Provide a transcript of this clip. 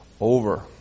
over